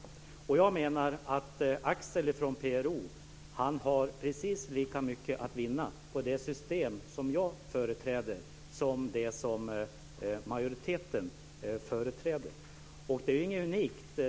Jag menar att Axel från PRO har precis lika mycket att vinna på det system som jag företräder som det som majoriteten företräder. Detta är inget unikt.